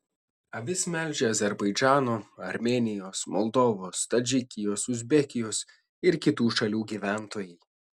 avis melžia azerbaidžano armėnijos moldovos tadžikijos uzbekijos ir kitų šalių gyventojai